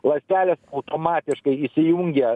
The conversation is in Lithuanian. ląstelės automatiškai įsijungia